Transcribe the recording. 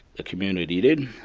community did,